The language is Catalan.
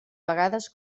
vegades